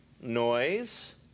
noise